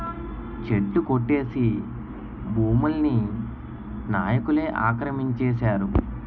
చెట్లు కొట్టేసి భూముల్ని నాయికులే ఆక్రమించేశారు